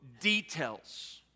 details